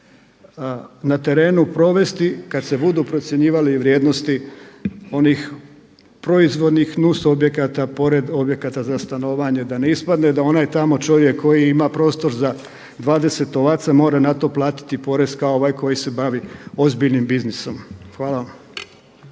na terenu provesti kada se budu procjenjivale i vrijednosti onih proizvodnih nus objekata pored objekata za stanovanje da ne ispadne da onaj tamo čovjek koji ima prostor za 20 ovaca mora na to platiti porez kao ovaj koji se bavi ozbiljnim biznisom. Hvala.